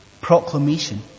proclamation